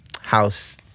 house